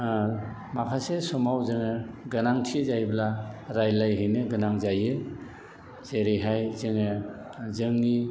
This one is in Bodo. माखासे समाव जोङो गोनांथि जायोब्ला रायलायहैनो गोनां जायो जेरैहाय जोङो जोंनि